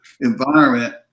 environment